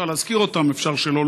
אפשר להזכיר אותן, אפשר שלא.